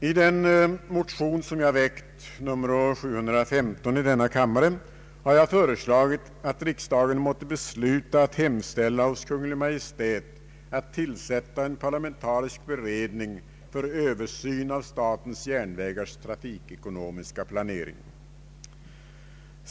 I den motion som jag väckt, nr 715 i denna kammare, har jag föreslagit att riksdagen måtte besluta att hemställa hos Kungl. Maj:t om en parlamentarisk beredning för översyn av statens järnvägars trafikekonomiska planering.